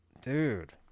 Dude